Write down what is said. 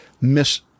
miss